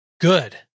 Good